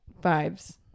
vibes